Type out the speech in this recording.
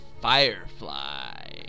Firefly